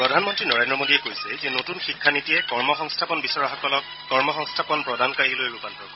প্ৰধানমন্ত্ৰী নৰেন্দ্ৰ মোডীয়ে কৈছে যে নতুন শিক্ষানীতিয়ে কৰ্ম সংস্থাপন বিচৰাসকলক কৰ্ম সংস্থাপন প্ৰদানকাৰীলৈ ৰূপান্তৰ কৰিব